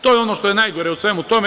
To je ono što je najgore u svemu tome.